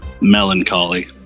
Melancholy